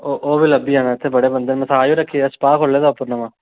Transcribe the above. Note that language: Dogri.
ओह् ओह् बी लब्भी जाना इत्थै बड़े बंदे मसाज बी रक्खी दी अस स्पा खोह्ले दा उप्पर नमां